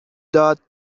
داد